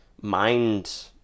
mind